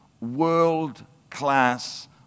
world-class